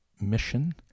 mission